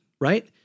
Right